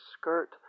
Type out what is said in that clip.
skirt